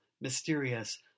mysterious